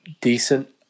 decent